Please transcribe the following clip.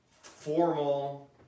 formal